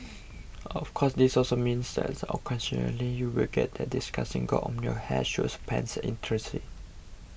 of course this also means that occasionally you'll get that disgusting gob on your hair shoes pants etc